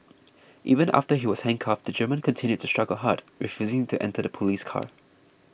even after he was handcuffed the German continued to struggle hard refusing to enter the police car